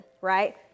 right